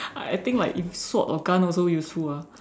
I think like if sword or gun also useful ah